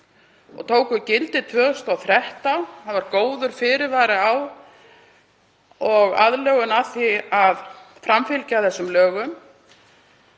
og tóku gildi 2013 — það var góður fyrirvari á og aðlögun að því að framfylgja þessum lögum